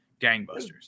gangbusters